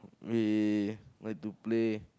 we like to play